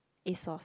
Asos